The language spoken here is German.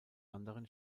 anderen